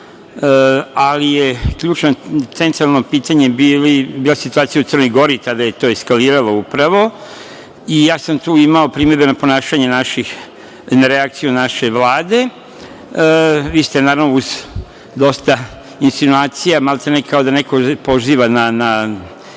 ali je ključno, centralno pitanje bilo situacija u Crnoj Gori, tada je to eskaliralo upravo i ja sam tu imao primedbe na ponašanje naših, odnosno na reakciju naše Vlade. Vi ste uz dosta insinuacija, maltene, kao da neko poziva na